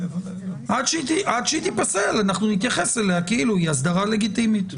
עד שהיא תיפסל נתייחס אליה כאילו היא אסדרה לגיטימית,